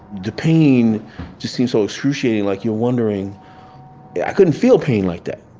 the pain just seemed so excruciating. like, you're wondering i couldn't feel pain like that.